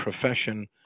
profession